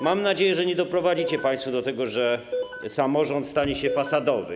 Mam nadzieję, że nie doprowadzicie państwo do tego, że samorząd stanie się fasadowy.